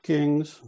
Kings